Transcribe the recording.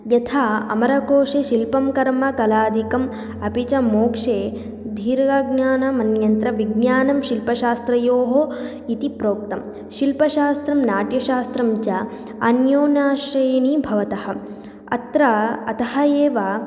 यथा अमरकोशे शिल्पं कर्म कलादिकम् अपि च मोक्षे धीर्ज्ञानमन्यत्र विज्ञानं शिल्पशास्त्रयोः इति प्रोक्तं शिल्पशास्त्रं नाट्यशास्त्रं च अन्योन्याश्रयणी भवतः अत्र अतः एव